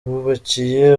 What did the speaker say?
bubakiye